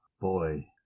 Boy